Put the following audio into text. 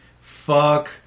fuck